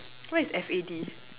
what is F A D